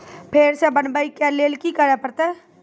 फेर सॅ बनबै के लेल की करे परतै?